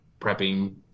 prepping